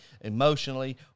emotionally